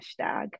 hashtag